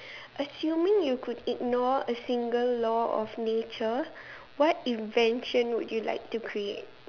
assuming you could ignore a single law of nature what invention would you like to create